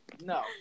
No